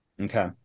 Okay